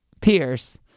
Pierce